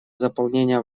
заполнения